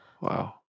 Wow